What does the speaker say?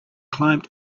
climbed